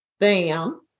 Bam